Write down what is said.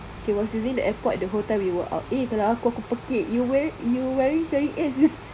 he was using the airpods the whole time we were out eh kalau aku aku pekik you wearing hearing aid is it